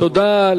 תודה.